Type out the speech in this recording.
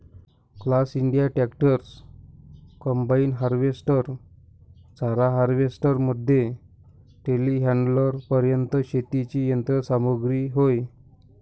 class India tractors, combine harvester, चारा harvester मध्ये टेलीहँडलरपर्यंत शेतीची यंत्र सामग्री होय